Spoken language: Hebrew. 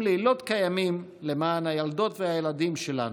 לילות כימים למען הילדות והילדים שלנו,